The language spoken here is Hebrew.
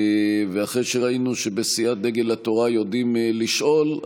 אחרי שראינו שבסיעת דגל התורה יודעים לשאול,